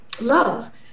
love